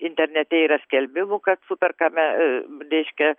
internete yra skelbimų kad superkame reiškia